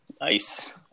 Nice